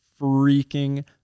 freaking